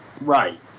Right